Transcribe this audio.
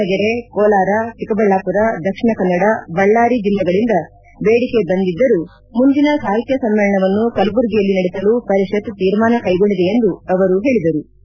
ದಾವಣಗೆರೆ ಕೋಲಾರ ಚಿಕ್ಕಬಳ್ಳಾಪುರ ದಕ್ಷಿಣ ಕನ್ನಡ ಬಳ್ದಾರಿ ಜಿಲ್ಲೆಗಳಿಂದ ಬೇಡಿಕೆ ಬಂದಿದ್ದರೂ ಮುಂದಿನ ಸಾಹಿತ್ಯ ಸಮ್ಮೇಳನವನ್ನು ಕಲಬುರಗಿಯಲ್ಲಿ ನಡೆಸಲು ಪರಿಷತ್ ತೀರ್ಮಾನ ಕೈಗೊಂಡಿದೆ ಎಂದು ಅವರು ಹೇಳಿದರು